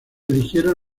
eligieron